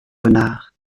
renard